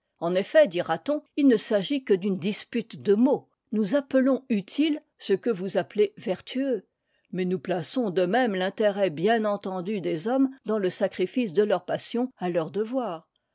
en effet dira-t-on il ne s'agit que d'une dispute de mots nous appelons utile ce que vous appelez vertueux mais nous plaçons de même l'intérêt bien entendu des hommes dans le sacrifice de leurs passions à leurs devoirs